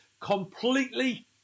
completely